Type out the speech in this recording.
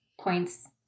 points